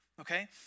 Okay